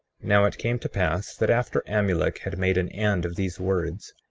now it came to pass that after amulek had made an end of these words,